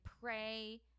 pray